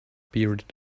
bearded